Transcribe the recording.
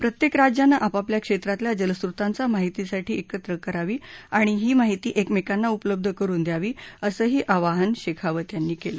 प्रत्येक राज्यानं आपापल्या क्षेत्रातल्या जलस्त्रोतांचा माहितीसाठा एकत्र करावी आणि ही माहिती एकमेकांना उपलब्ध करून द्यावी असं आवाहनही शेखावत यांनी केलं